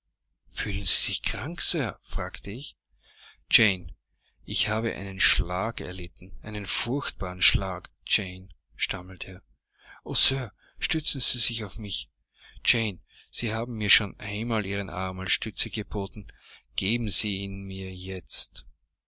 fühlen sie sich krank sir fragte ich jane ich habe einen schlag erlitten einen furchtbaren schlag jane stammelte er o sir stützen sie sich auf mich jane sie haben mir schon einmal ihren arm als stütze geboten geben sie ihn mir jetzt